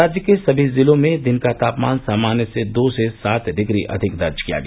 राज्य के सभी जिलों में दिन का तापमान सामान्य से दो से सात डिग्री अधिक दर्ज किया गया